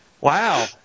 Wow